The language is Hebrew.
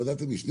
בוועדת משנה